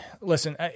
listen